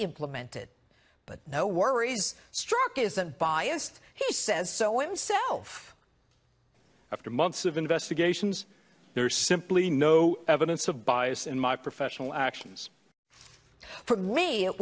implement it but no worries struck isn't biased he says so him self after months of investigations there is simply no evidence of bias in my professional actions for me it